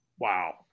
Wow